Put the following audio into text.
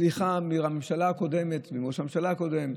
סליחה מהממשלה הקודמת, מראש הממשלה הקודם.